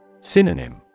Synonym